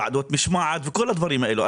ועדות משמעת וכל הדברים האלו,